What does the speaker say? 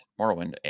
Morrowind